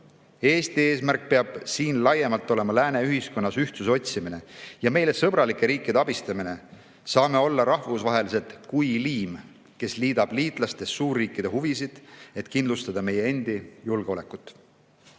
Eesti eesmärk peab siin laiemalt olema lääne ühiskonnas ühtsuse otsimine ja meile sõbralike riikide abistamine. Saame olla rahvusvaheliselt kui liim, mis liidab liitlastest suurriikide huvisid, et kindlustada meie endi julgeolekut.